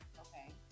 Okay